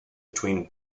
between